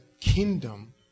kingdom